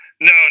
No